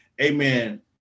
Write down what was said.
Amen